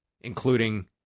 including